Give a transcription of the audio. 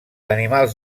animals